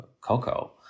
cocoa